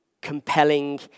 compelling